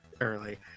early